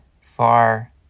far